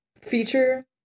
feature